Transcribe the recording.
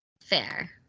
Fair